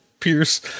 pierce